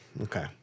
okay